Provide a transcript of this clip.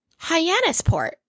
Hyannisport